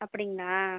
அப்படிங்களா